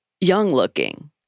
young-looking